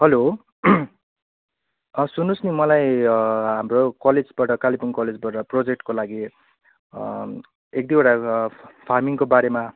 हलो सन्नुहोस् न मलाई हाम्रो कलेजबाट कालिम्पोङ कलेजबाट प्रोजेक्टको लागि एक दुईवटा फार्मिङको बारेमा